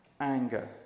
anger